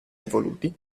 evoluti